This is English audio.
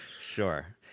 Sure